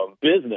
business